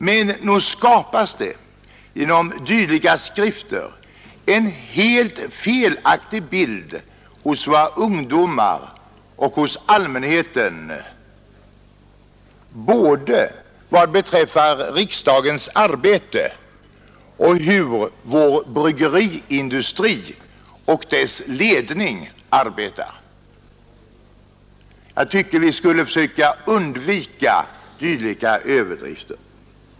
Men nog skapas det genom dylika skrifter en helt felaktig bild hos våra ungdomar och hos allmänheten både om riksdagens arbete och om hur vår bryggeriindustri och dess ledning arbetar. Jag tycker vi skulle försöka undvika dylika överdrifter.